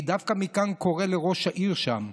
אני דווקא מכאן קורא לראש העיר שם,